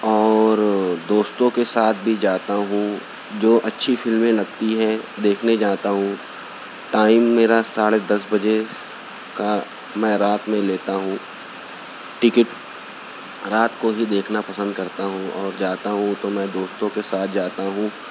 اور دوستوں کے ساتھ بھی جاتا ہوں جو اچھی فلمیں لگتی ہیں دیکھنے جاتا ہوں ٹائم میرا ساڑھے دس بجے کا میں رات میں لیتا ہوں ٹکٹ رات کو ہی دیکھنا پسند کرتا ہوں اور جاتا ہوں تو میں دوستوں کے ساتھ جاتا ہوں